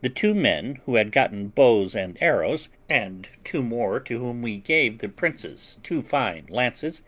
the two men who had gotten bows and arrows, and two more to whom we gave the prince's two fine lances,